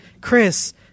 chris